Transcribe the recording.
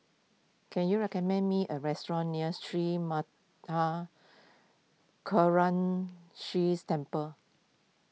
can you recommend me a restaurant near Sri Temple